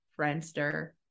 Friendster